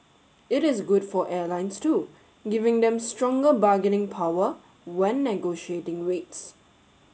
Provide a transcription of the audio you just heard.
it is good for airlines too giving them stronger bargaining power when negotiating rates